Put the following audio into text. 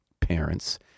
parents